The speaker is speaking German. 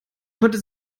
konnte